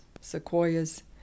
sequoias